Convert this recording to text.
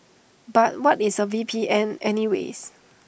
but what is A V P N any ways